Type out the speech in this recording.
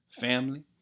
Family